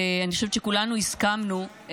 אני חושבת שכולנו הסכמנו,